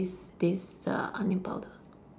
this this uh onion powder